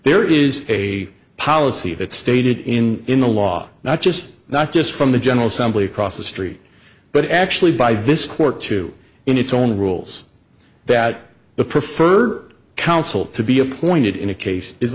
there is a policy that stated in in the law not just not just from the general assembly across the street but actually by this court to in its own rules that the preferred counsel to be appointed in a case is